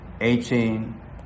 Eighteen